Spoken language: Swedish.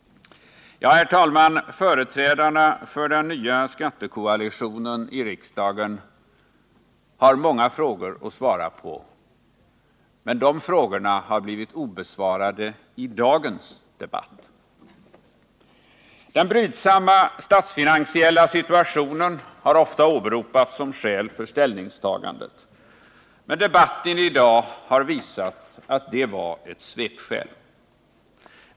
Ja, herr talman, företrädarna för den nya skattekoalitionen i riksdagen har många frågor att svara på, men de frågorna har förblivit obesvarade i dagens debatt. Den brydsamma statsfinansiella situationen har ofta åberopats som skäl för ställningstagandet, men debatten i dag har visat att det var ett svepskäl.